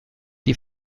die